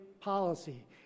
policy